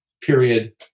period